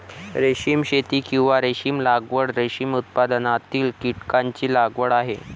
रेशीम शेती, किंवा रेशीम लागवड, रेशीम उत्पादनातील कीटकांची लागवड आहे